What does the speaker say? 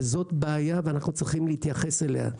וזו בעיה ואנחנו צריכים להתייחס אליה.